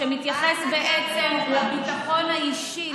שמתייחס לביטחון האישי,